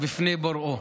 בפני בוראו.